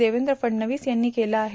देवेंद्र फडणवीस यांनी केलं आहे